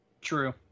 True